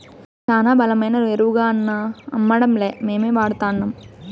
శానా బలమైన ఎరువుగాన్నా అమ్మడంలే మేమే వాడతాన్నం